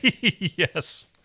Yes